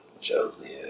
Josie